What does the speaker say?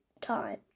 time